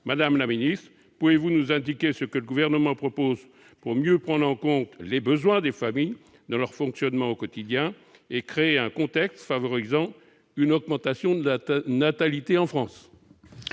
Madame la ministre, pouvez-vous nous indiquer ce que le Gouvernement propose pour mieux prendre en compte les besoins des familles dans leur fonctionnement au quotidien et créer un contexte favorable à une augmentation de la natalité en France ?